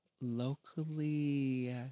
locally